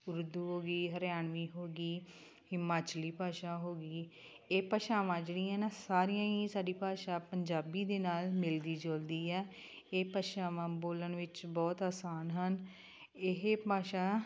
ਉਰਦੂ ਹੋ ਗਈ ਹਰਿਆਣਵੀ ਹੋ ਗਈ ਹਿਮਾਚਲੀ ਭਾਸ਼ਾ ਹੋ ਗਈ ਇਹ ਭਾਸ਼ਾਵਾਂ ਜਿਹੜੀਆਂ ਨਾ ਸਾਰੀਆਂ ਹੀ ਸਾਡੀ ਭਾਸ਼ਾ ਪੰਜਾਬੀ ਦੇ ਨਾਲ ਮਿਲਦੀ ਜੁਲਦੀ ਆ ਇਹ ਭਾਸ਼ਾਵਾਂ ਬੋਲਣ ਵਿੱਚ ਬਹੁਤ ਆਸਾਨ ਹਨ ਇਹ ਭਾਸ਼ਾ